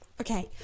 Okay